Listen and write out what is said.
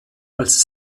als